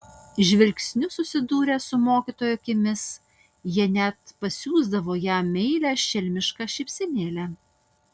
žvilgsniu susidūrę su mokytojo akimis jie net pasiųsdavo jam meilią šelmišką šypsenėlę